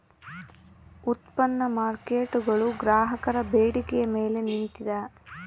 ಉತ್ಪನ್ನ ಮಾರ್ಕೇಟ್ಗುಳು ಗ್ರಾಹಕರ ಬೇಡಿಕೆಯ ಮೇಲೆ ನಿಂತಿದ